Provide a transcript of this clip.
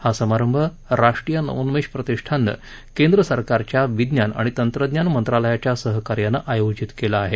हा समारंभ राष्ट्रीय नवोन्मेष प्रतिष्ठाननं केंद्र सरकारच्या विज्ञान आणि तंत्रज्ञान मंत्रालयाच्या सहकार्यानं आयोजित केलं आहे